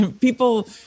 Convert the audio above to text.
people